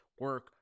Work